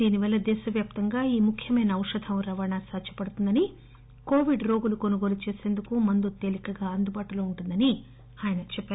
దీనివల్ల దేశవ్యాప్తంగా ఈ ముఖ్యమైన ఔషధం రవాణా సాధ్యపడుతుందని కోవి రోగులు కొనుగోలు చేసేందుకు మందు తేలికగా అందుబాటులో ఉంటుందని ఆయన చెప్పారు